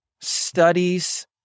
studies